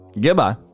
Goodbye